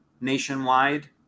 nationwide